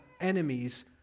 enemies